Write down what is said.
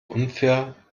unfair